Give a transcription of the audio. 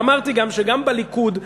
ואמרתי גם שגם בליכוד,